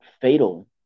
fatal